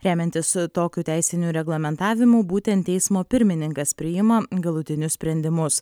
remiantis tokiu teisiniu reglamentavimu būtent teismo pirmininkas priima galutinius sprendimus